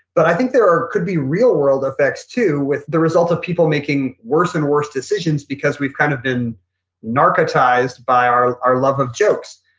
but i think there could be real world effects too with the result of people making worse and worse decisions because we've kind of been narcotized by our our love of jokes.